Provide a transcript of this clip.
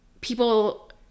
people